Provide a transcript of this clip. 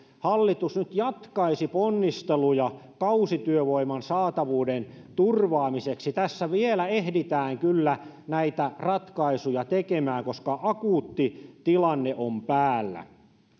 hallitus jatkaisi ponnisteluja kausityövoiman saatavuuden turvaamiseksi tässä vielä ehditään kyllä näitä ratkaisuja tekemään koska akuutti tilanne on päällä